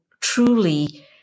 truly